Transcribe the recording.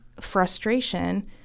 frustration